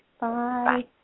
Bye